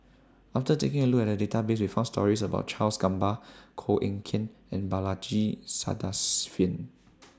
after taking A Look At The Database We found stories about Charles Gamba Koh Eng Kian and Balaji Sadasivan